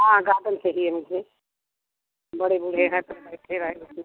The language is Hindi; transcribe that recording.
हाँ गार्डन चाहिए मुझे बड़े बूढ़े हैं तो बैठे रहेंगे